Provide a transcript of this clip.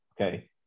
Okay